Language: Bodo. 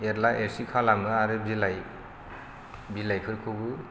एरला एरसि खालामो आरो बिलाइ बिलाइफोरखौबो